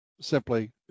simply